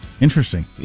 Interesting